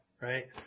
right